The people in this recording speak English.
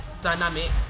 dynamic